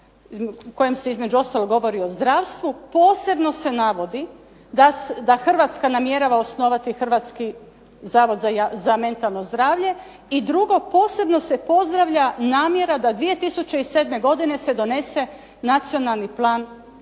kojem se između ostalog govori o zdravstvu, posebno se navodi da Hrvatska namjerava osnovati Hrvatski zavod za mentalno zdravlje. I drugo, posebno se pozdravlja namjera da 2007. godine se donese nacionalni plan za